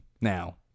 Now